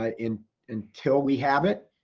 i mean until we have it,